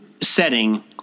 setting